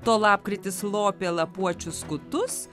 tol lapkritis lopė lapuočių skutus